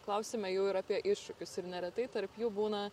klausėme jų ir apie iššūkius ir neretai tarp jų būna